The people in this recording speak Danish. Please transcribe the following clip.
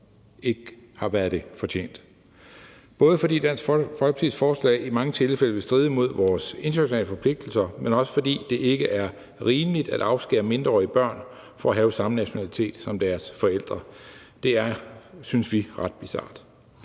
ikke har fortjent det. Dansk Folkepartis forslag vil i mange tilfælde stride imod vores internationale forpligtelser, og det er ikke rimeligt at afskære mindreårige børn fra at have samme nationalitet som deres forældre. Det er, synes vi, ret bizart.